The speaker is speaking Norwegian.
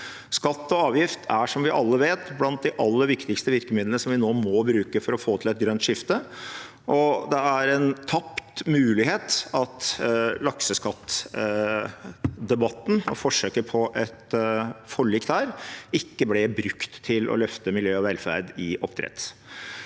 alle vet, blant de aller viktigste virkemidlene vi nå må bruke for å få til et grønt skifte, og det er en tapt mulighet at lakseskattdebatten og forsøket på et forlik der ikke ble brukt til å løfte miljø og velferd i oppdrett.